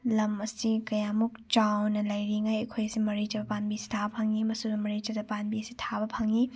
ꯂꯝ ꯑꯁꯤ ꯀꯌꯥꯃꯨꯛ ꯆꯥꯎꯅ ꯂꯩꯔꯤꯉꯩ ꯑꯩꯈꯣꯏꯁꯤ ꯃꯔꯤ ꯆꯠꯄ ꯄꯥꯝꯕꯤꯁꯤ ꯊꯥꯕ ꯐꯪꯏ ꯑꯃꯁꯨꯡ ꯃꯔꯤ ꯆꯠꯇꯕ ꯄꯥꯝꯕꯤ ꯑꯁꯤ ꯊꯥꯕ ꯐꯪꯏ